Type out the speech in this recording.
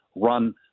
run